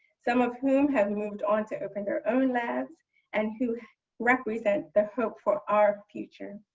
some of whom have moved on to open their own labs and who represent the hope for our future.